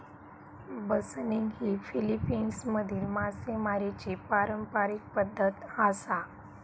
बसनिग ही फिलीपिन्समधली मासेमारीची पारंपारिक पद्धत आसा